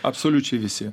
absoliučiai visi